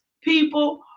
people